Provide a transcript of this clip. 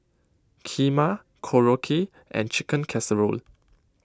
Kheema Korokke and Chicken Casserole